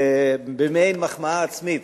במעין מחמאה עצמית.